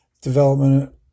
development